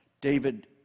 David